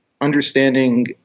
understanding